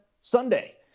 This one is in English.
Sunday